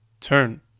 turn